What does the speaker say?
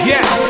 Yes